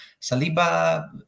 Saliba